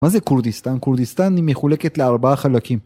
מה זה כורדיסטן? כורדיסטן היא מחולקת לארבעה חלקים.